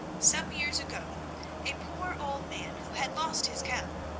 some years ago a poor old man, who had lost his cow,